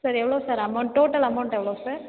sir எவ்வளோ sir amount total amount எவ்ளோ sir